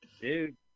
Dude